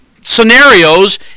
scenarios